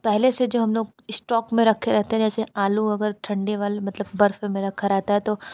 पहले से जो हम लोग इस्टॉक में रख के रहते हैं जैसे आलू अगर ठंडे वाले मतलब बर्फ़ में रखा रहता है तो